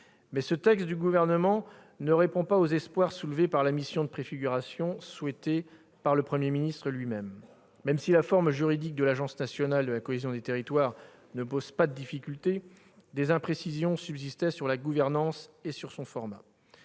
ce texte du Gouvernement ne répond pas aux espoirs soulevés par la mission de préfiguration voulue par le Premier ministre en personne. Même si la forme juridique de l'agence nationale de la cohésion des territoires ne pose pas de difficulté, des imprécisions subsistaient sur sa gouvernance et sur son format.